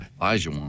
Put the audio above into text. Elijah